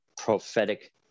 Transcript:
prophetic